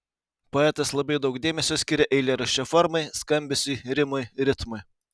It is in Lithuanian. poetas labai daug dėmesio skiria eilėraščio formai skambesiui rimui ritmui